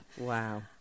Wow